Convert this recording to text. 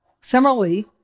similarly